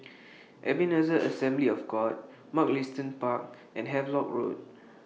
Ebenezer Assembly of God Mugliston Park and Havelock Road